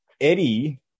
Eddie